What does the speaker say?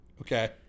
Okay